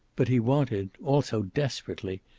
but he wanted, also desperately,